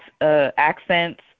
accents